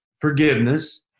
forgiveness